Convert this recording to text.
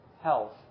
health